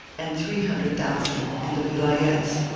and three hundred thousand in the vilayets